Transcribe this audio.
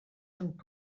rhwng